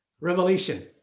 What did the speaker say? Revelation